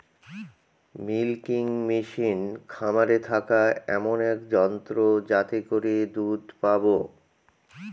milking machine খামারে থাকা এমন এক যন্ত্র যাতে করে দুধ পাবো